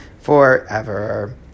forever